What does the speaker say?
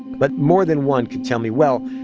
but more than one could tell me, well,